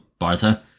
Bartha